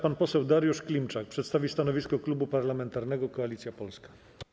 Pan poseł Dariusz Klimczak przedstawi stanowisko Klubu Parlamentarnego Koalicja Polska.